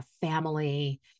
family